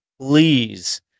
Please